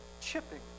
chipping